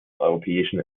europäischen